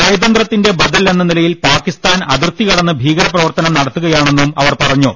നയതന്ത്രത്തിന്റെ ബദൽ എന്ന നിലയിൽ പാക്കിസ്ഥാൻ അതിർത്തി കടന്ന് ഭീകരപ്ര വർത്തനം നടത്തുകയാണെന്നും അവർ പറഞ്ഞു